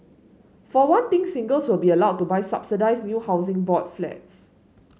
for one thing singles will be allowed to buy subsidised new Housing Board Flats